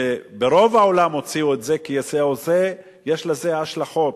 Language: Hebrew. כשברוב העולם הוציאו את זה כי יש לזה השלכות.